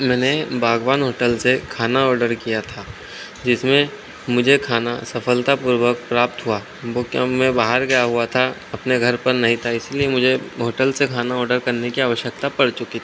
मैंने बागवान होटल से खाना ऑर्डर किया था जिसमें मुझे खाना सफलतापूर्वक प्राप्त हुआ वह क्या मैं बाहर गया हुआ था अपने घर पर नहीं था इसलिए मुझे होटल से खाना ऑडर करने की आवश्यकता पड़ चुकी थी